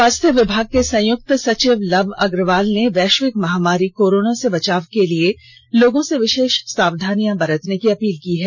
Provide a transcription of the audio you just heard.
स्वास्थ्य विभाग के संयुक्त सचिव लव अग्रवाल ने वैध्यिक महामारी कोरोना से बचाव के लिए लोगों से विषेष साक्षानियां बरतने की अपील की है